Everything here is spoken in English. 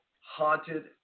haunted